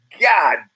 God